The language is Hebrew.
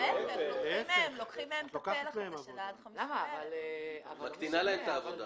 להפך, את מקטינה להם את העבודה.